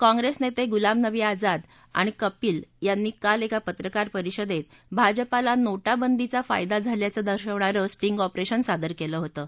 काँग्रेस नेते गुलाम नबी आझाद आणि कपिल यांनी काल एका पत्रकार परिषदेत भाजपाला नोटाबंदीचा फायदा झाल्याचं दर्शविणारं स्टिंग ऑपरेशन सादर केलं होतं